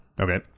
Okay